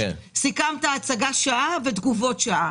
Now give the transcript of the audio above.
שכרגע לא משתתפות מספיק בכוח העבודה.